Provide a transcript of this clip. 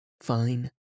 fine